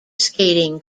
skating